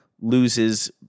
loses